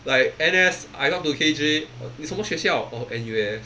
like N_S I talk to K J 你什么学校 orh N_U_S